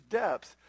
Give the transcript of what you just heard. depths